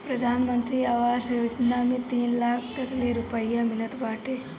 प्रधानमंत्री आवास योजना में तीन लाख तकले रुपिया मिलत बाटे